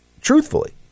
truthfully